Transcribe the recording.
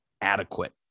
adequate